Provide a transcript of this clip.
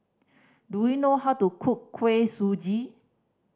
do you know how to cook Kuih Suji